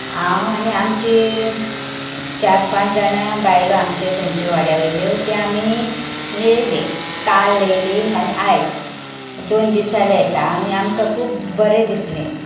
हांव आनी आमची चार पांच जाणां बायलो आमच्यो थंयच्यो वाड्या वयल्यो त्यो आमी येयलीं काल येलीं आनी आयज दोन दीस जाले आतां आनी आमकां खूब बरें दिसलें